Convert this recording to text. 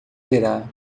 verá